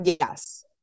yes